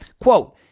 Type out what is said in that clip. Quote